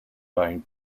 buying